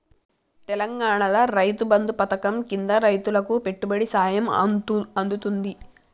తెలంగాణాల రైతు బంధు పథకం కింద రైతులకు పెట్టుబడి సాయం అందుతాంది